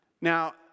Now